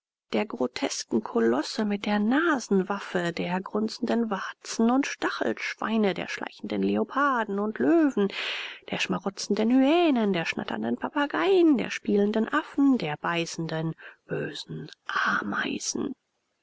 der grotesken kolosse mit der nasenwaffe der grunzenden warzen und stachelschweine der schleichenden leoparden und löwen der schmarotzenden hyänen der schnatternden papageien der spielenden affen der beißenden bösen ameisen